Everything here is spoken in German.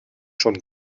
schon